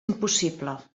impossible